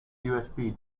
usb